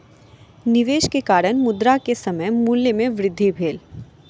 निवेश के कारण, मुद्रा के समय मूल्य में वृद्धि भेल